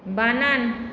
বানান